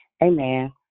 Amen